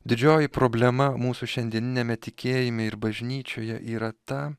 didžioji problema mūsų šiandieniniame tikėjime ir bažnyčioje yra ta